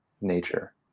nature